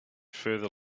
further